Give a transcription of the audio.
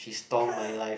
come